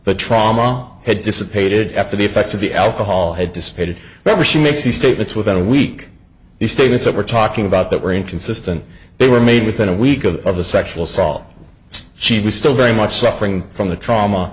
the trauma had dissipated after the effects of the alcohol had dissipated but was she makes these statements within a week the statements that we're talking about that were inconsistent they were made within a week of of a sexual assault she was still very much suffering from the trauma